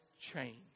change